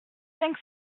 cinq